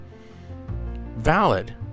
valid